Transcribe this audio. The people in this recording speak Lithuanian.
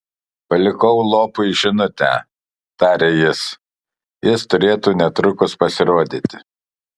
palikau lopui žinutę tarė jis jis turėtų netrukus pasirodyti